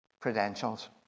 credentials